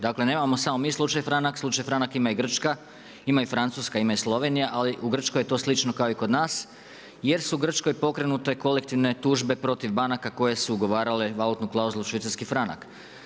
Dakle, nemamo samo mi slučaj franak, slučaj franak ima i Grčka, ima i Francuska, ima i Slovenija, ali u Grčkoj je to slično kao i kod nas, jer su u Grčoj pokrenute kolektivne tužbe protiv banaka koje su ugovarale valutnu klauzulu švicarski franak.